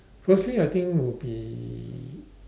firstly I think would be